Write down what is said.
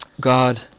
God